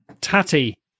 tatty